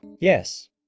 Yes